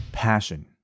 passion